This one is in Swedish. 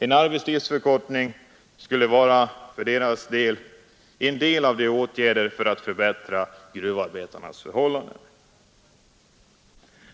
En arbetstidsförkortning skulle för dem vara en del av de nödvändiga åtgärderna för att förbättra gruvarbetarnas förhållanden.